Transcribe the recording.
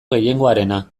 gehiengoarena